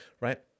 right